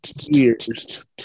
years